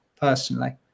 personally